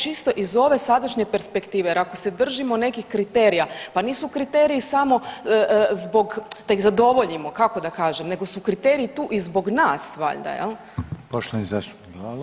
Čisto iz ove sadašnje perspektive jer ako se držimo nekih kriterija pa nisu kriteriji samo zbog da ih zadovoljimo kako da kažem, nego su kriteriji tu i zbog nas valjda jel.